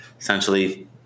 essentially